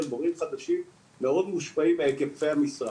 מורים חדשים מאוד מושפעים מהיקפי המשרה.